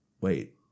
wait